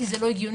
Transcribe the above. כי זה לא הגיוני,